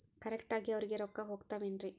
Correct ಆಗಿ ಅವರಿಗೆ ರೊಕ್ಕ ಹೋಗ್ತಾವೇನ್ರಿ?